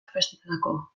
festetako